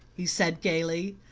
he said gaily.